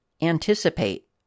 anticipate